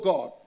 God